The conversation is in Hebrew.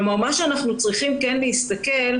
כלומר אנחנו צריכים להסתכל,